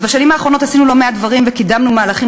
אז בשנים האחרונות עשינו לא מעט דברים וקידמנו מהלכים